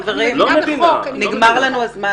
חברים, נגמר לנו הזמן.